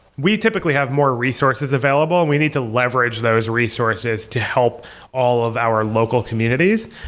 we typically have more resources available and we need to leverage those resources to help all of our local communities.